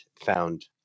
found